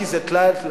כי זה טלאי על טלאי,